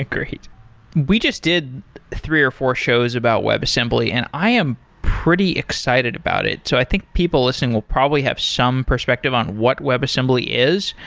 great. we just did three or four shows about web assembly, and i am pretty excited about it. so i think people listening will probably have some perspective on what web assembly is.